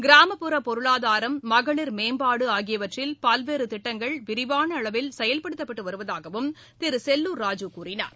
கிராமப்புற பொருளாதாரம் மகளிர் மேம்பாடு ஆகியவற்றில் பல்வேறு திட்டங்கள் விரிவான அளவில் செயல்படுத்தப்பட்டு வருவதாகவும் திரு செல்லூர் ராஜூ கூறினார்